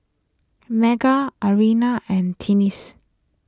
Marget Arianna and Tennie's